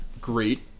great